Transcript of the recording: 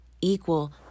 equal